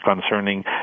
concerning